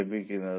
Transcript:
875 ലഭിക്കും